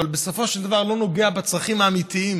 בסופו של דבר לא נוגע בצרכים האמיתיים